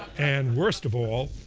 and worst of all,